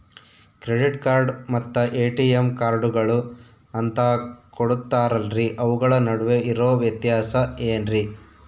Credit card ಮತ್ತ ATM ಕಾರ್ಡುಗಳು ಅಂತಾ ಕೊಡುತ್ತಾರಲ್ರಿ ಅವುಗಳ ನಡುವೆ ಇರೋ ವ್ಯತ್ಯಾಸ ಏನ್ರಿ?